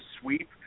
sweep